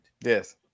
Yes